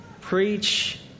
preach